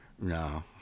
No